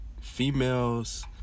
females